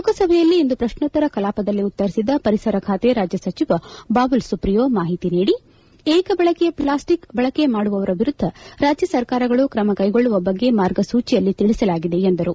ಲೋಕಸಭೆಯಲ್ಲಿಂದು ಪ್ರಶ್ನೋತ್ತರ ಕಲಾಪದಲ್ಲಿ ಉತ್ತರಿಸಿದ ಪರಿಸರ ಖಾತೆ ರಾಜ್ಯ ಸಚಿವ ಬಬೂಲ್ ಸುಪ್ರಿಯೋ ಮಾಹಿತಿ ನೀಡಿ ಏಕಬಳಕೆ ಪ್ಲಾಸ್ಟಿಕ್ ಬಳಕೆ ಮಾಡುವವರ ವಿರುದ್ದ ರಾಜ್ಯ ಸರ್ಕಾರಗಳು ತ್ರಮಕೈಗೊಳ್ಳುವ ಬಗ್ಗೆ ಮಾರ್ಗಸೂಚಿಯಲ್ಲಿ ತಿಳಿಸಲಾಗಿದೆ ಎಂದರು